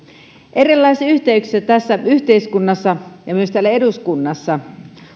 erilaisissa yhteyksissä tässä yhteiskunnassa ja myös täällä eduskunnassa